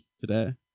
today